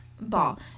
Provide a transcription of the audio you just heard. Ball